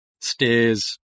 stairs